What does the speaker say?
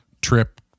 Trip